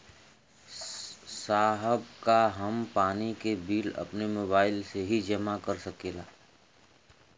साहब का हम पानी के बिल अपने मोबाइल से ही जमा कर सकेला?